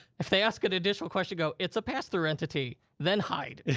if they ask an additional question, go, it's a pass-through entity. then hide,